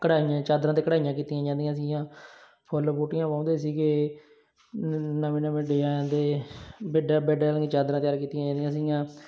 ਕੱਢਾਈਆਂ ਚਾਦਰਾਂ 'ਤੇ ਕੱਢਾਈਆਂ ਕੀਤੀਆਂ ਜਾਂਦੀਆਂ ਸੀਗੀਆਂ ਫੁੱਲ ਬੂਟੀਆਂ ਵਾਹੁੰਦੇ ਸੀਗੇ ਨਵੇਂ ਨਵੇਂ ਡਿਜ਼ਾਈਨ ਦੇ ਬੈੱਡਾਂ ਬੈੱਡਾਂ ਦੀਆਂ ਚਾਦਰਾਂ ਤਿਆਰ ਕੀਤੀਆਂ ਜਾਂਦੀਆਂ ਸੀਗੀਆਂ